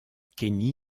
kenny